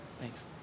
Thanks